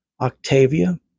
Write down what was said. Octavia